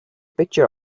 picture